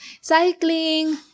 cycling